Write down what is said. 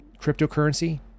cryptocurrency